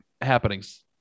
happenings